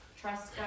trust